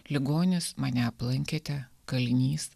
ligonis mane aplankėte kalinys